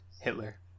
Hitler